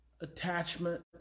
attachment